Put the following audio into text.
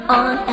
on